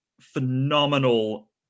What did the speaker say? phenomenal